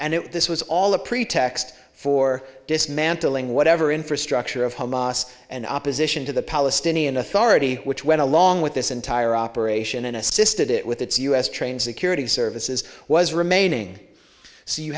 and this was all a pretext for dismantling whatever infrastructure of hamas and opposition to the palestinian authority which went along with this entire operation and assisted it with its u s trained security services was remaining so you